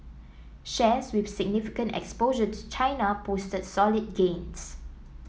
shares with significant exposure to China posted solid gains